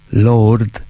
Lord